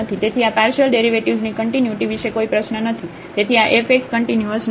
તેથી આ પાર્શિયલ ડેરિવેટિવ્ઝની કન્ટિન્યુટી વિશે કોઈ પ્રશ્ન નથી તેથી આ f x કન્ટીન્યુઅસ નથી